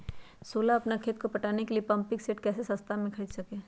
सोलह अपना खेत को पटाने के लिए पम्पिंग सेट कैसे सस्ता मे खरीद सके?